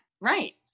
Right